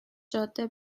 جاده